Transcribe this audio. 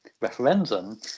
referendum